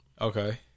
Okay